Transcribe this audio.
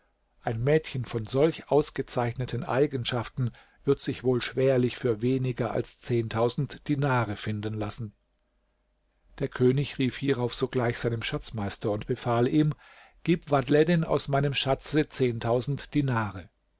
ein mädchen von solch ausgezeichneten eigenschaften wird sich wohl schwerlich für weniger als dinare finden lassen der könig rief hierauf sogleich seinem schatzmeister und befahl ihm gib vadhleddin aus meinem schatze dinare